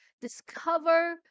discover